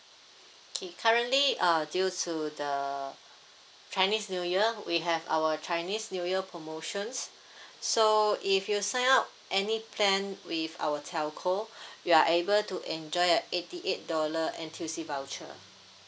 okay currently uh due to the chinese new year we have our chinese new year promotions so if you sign up any plan with our telco you are able to enjoy a eighty eight dollar N T C voucher